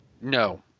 no